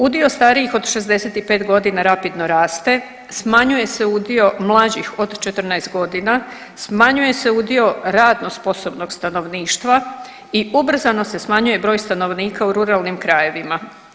Udio starijih od 65 godina rapidno raste, smanjuje se udio mlađih od 14 godina, smanjuje se udio radno sposobnog stanovništva i ubrzano se smanjuje broj stanovnika u ruralnim krajevima.